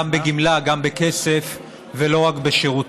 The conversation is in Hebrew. גם בגמלה, גם בכסף, ולא רק בשירותים.